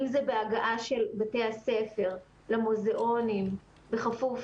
אם זה בהגעה של בתי הספר למוזיאונים בכפוף